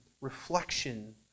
Reflection